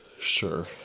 Sure